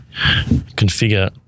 configure